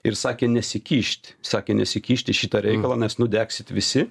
ir sakė nesikišt sakė nesikišt į šitą reikalą nes nudegsit visi